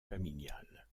familiale